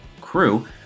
crew